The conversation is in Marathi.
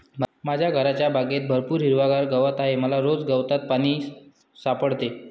माझ्या घरच्या बागेत भरपूर हिरवागार गवत आहे मला रोज गवतात पाणी सापडते